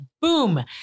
boom